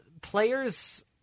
Players